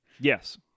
Yes